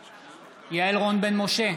בעד יעל רון בן משה,